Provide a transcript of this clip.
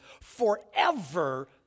forever